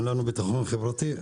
אין לנו ביטחון חברתי,